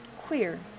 queer